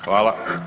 Hvala.